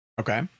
Okay